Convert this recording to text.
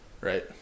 right